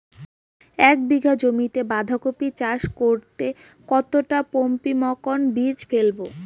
এক বিঘা জমিতে বাধাকপি চাষ করতে কতটা পপ্রীমকন বীজ ফেলবো?